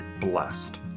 blessed